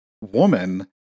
woman